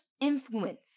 influence